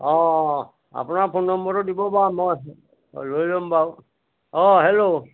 অঁ আপোনাৰ ফোন নম্বৰটো দিব বাৰু মই লৈ ল'ম বাৰু অঁ হেল্ল'